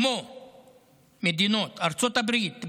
כמו ארצות הברית,